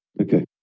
okay